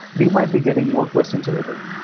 we might be getting more questions over there.